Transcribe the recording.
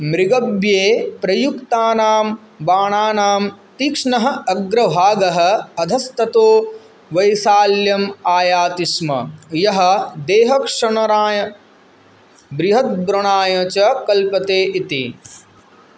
मृगव्ये प्रयुक्तानां बाणानां तीक्ष्णः अग्रभागः अधस्ततो वैशाल्यम् आयाति स्म यः देहक्षणनाय बृहद्व्रणाय च कल्पते इति